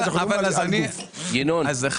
אני בסך